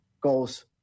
goals